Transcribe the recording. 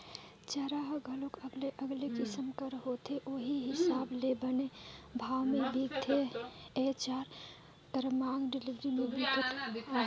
चारा हर घलोक अलगे अलगे किसम कर होथे उहीं हिसाब ले बने भाव में बिकथे, ए चारा कर मांग डेयरी में बिकट अहे